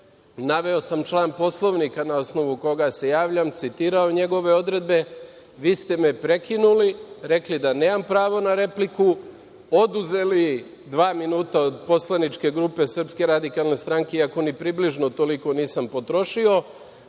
naveo sam član Poslovnika na osnovu koga se javljam, citirao njegove odredbe. Vi ste me prekinuli, rekli da nemam pravo na repliku, oduzeli dva minuta od poslaničke grupe SRS, iako ni približno toliko nisam potrošio,